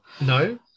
No